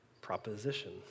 proposition